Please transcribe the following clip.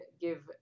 give